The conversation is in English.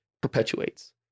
perpetuates